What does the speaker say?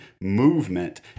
movement